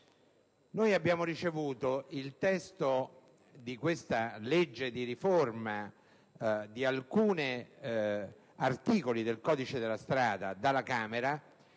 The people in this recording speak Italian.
Abbiamo ricevuto il testo di questo provvedimento di riforma di alcuni articoli del codice della strada dalla Camera,